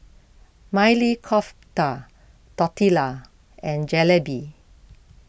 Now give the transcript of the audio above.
Maili Kofta Tortillas and Jalebi